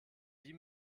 wie